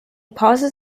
pauses